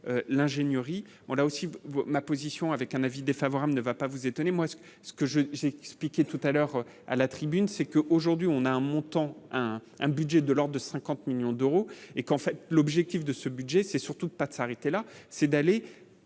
l'ingénieur il on a aussi ma position avec un avis défavorable ne va pas vous étonner, moi, ce que ce que j'ai j'ai. Piqué tout à l'heure à la tribune, c'est que aujourd'hui on a un montant un budget de l'Ordre de 50 millions d'euros et qu'en fait l'objectif de ce budget, c'est surtout pas de s'arrêter là, c'est d'aller